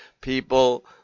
people